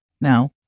Now